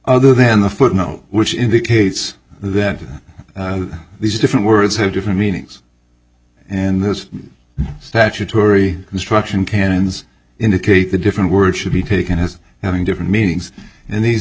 other than the foot no which indicates that these different words have different meanings and the statutory construction canons indicate the different words should be taken as having different meanings and these